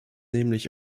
nämlich